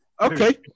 Okay